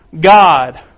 God